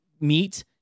meet